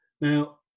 Now